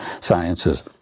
sciences